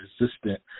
resistant